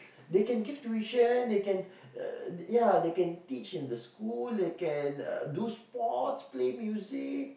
they can give tuition they can uh ya they can teach in the school they can uh do sports play music